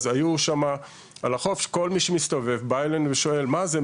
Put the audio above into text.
אז היו שם על החוף כל מי שמסתובב בא אלינו ושואל מה זה,